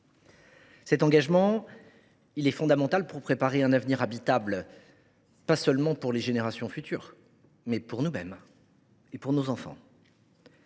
Cet engagement est fondamental pour préparer un avenir habitable non seulement pour les générations futures, mais pour nous mêmes et pour nos enfants.